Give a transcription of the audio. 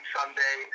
Sunday